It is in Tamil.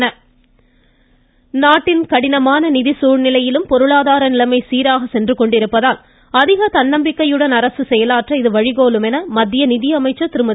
ம் ம் ம் ம் ம நிர்மலா சீத்தாராமன் நாட்டின் கடினமான நிதி சூழ்நிலையிலும் பொருளாதார நிலைமை சீராக சென்று கொண்டிருப்பதால் அதிக தன்னம்பிக்கையுடன் அரசு செயலாற்ற இது வழிகோலும் என்று மத்திய நிதியமைச்சர் திருமதி